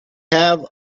have